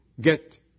get